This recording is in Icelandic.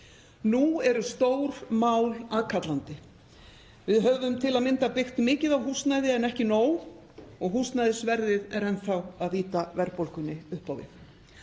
Nú eru stór mál aðkallandi. Við höfum til að mynda byggt mikið af húsnæði en ekki nóg og húsnæðisverðið er enn þá að ýta verðbólgunni upp á við.